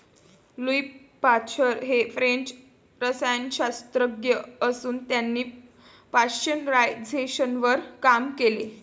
Louis Pasteur हे French रसायनशास्त्रज्ञ असून त्यांनी पाश्चरायझेशनवर काम केले